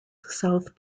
south